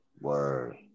Word